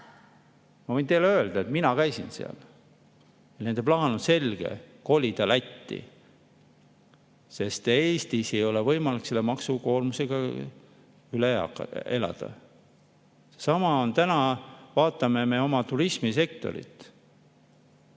Ma võin teile öelda, et mina käisin seal. Nende plaan on selge: kolida Lätti, sest Eestis ei ole võimalik selle maksukoormusega elada. Sama seis on, kui vaatame oma turismisektorit.